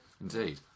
Indeed